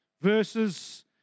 Verses